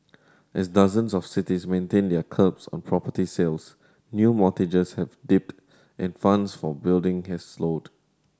as dozens of cities maintain their curbs on property sales new mortgages have dipped and funds for building has slowed